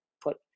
put